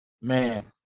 man